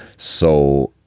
so,